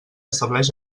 estableix